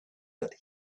that